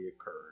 occurred